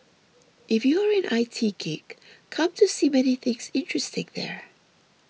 if you are an I T geek come to see many things interesting there